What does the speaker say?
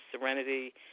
serenity